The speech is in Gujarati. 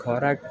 ખોરાક